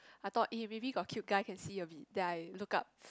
I thought eh maybe got cute guy can see a bit look up